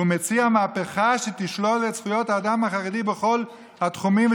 ומציע מהפכה שתשלול את זכויות האדם החרדי בכל התחומים,